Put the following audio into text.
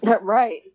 right